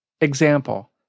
Example